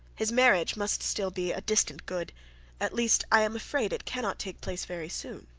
his marriage must still be a distant good at least, i am afraid it cannot take place very soon